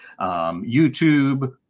YouTube